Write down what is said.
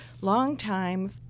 long-time